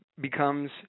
becomes